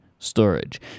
storage